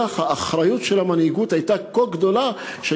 האחריות של המנהיגות הייתה עד כדי כך גדולה